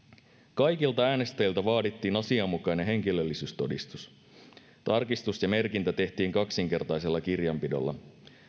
kaikilta äänestäjiltä vaadittiin asianmukainen henkilöllisyystodistus tarkistus ja merkintä tehtiin kaksinkertaisella kirjanpidolla